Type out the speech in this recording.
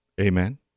Amen